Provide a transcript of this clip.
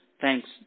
Thanks